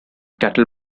cattle